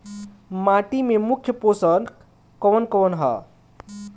माटी में मुख्य पोषक कवन कवन ह?